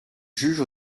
juge